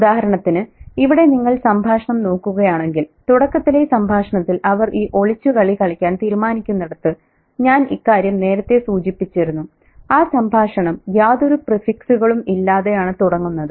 ഉദാഹരണത്തിന് ഇവിടെ നിങ്ങൾ സംഭാഷണം നോക്കുകയാണെങ്കിൽ തുടക്കത്തിലെ സംഭാഷണത്തിൽ അവർ ഈ ഒളിച്ചുകളി കളിക്കാൻ തീരുമാനിക്കുന്നിടത്ത് ഞാൻ ഇക്കാര്യം നേരത്തെ സൂചിപ്പിച്ചിരുന്നു ആ സംഭാഷണം യാതൊരു പ്രിഫിക്സുകളും ഇല്ലാതെയാണ് തുടങ്ങുന്നത്